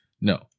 no